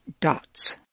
dots